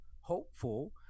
hopeful